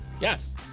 Yes